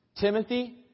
Timothy